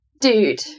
dude